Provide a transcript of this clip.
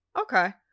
Okay